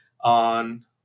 on